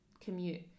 commute